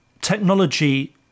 technology